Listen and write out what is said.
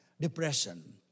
depression